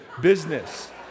business